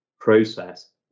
process